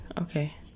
Okay